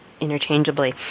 interchangeably